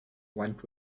want